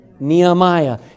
Nehemiah